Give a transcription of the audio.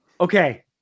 Okay